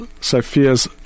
Sophia's